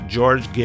George